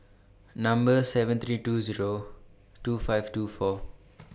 Number seven three two Zero two five two four